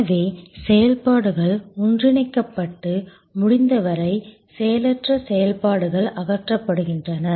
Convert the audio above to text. எனவே செயல்பாடுகள் ஒன்றிணைக்கப்பட்டு முடிந்தவரை செயலற்ற செயல்பாடுகள் அகற்றப்படுகின்றன